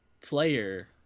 player –